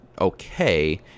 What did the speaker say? okay